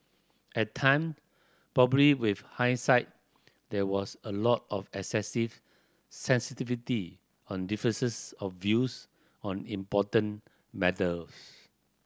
at time probably with hindsight there was a lot of excessive sensitivity on differences of views on important matters